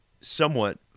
somewhat